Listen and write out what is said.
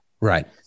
Right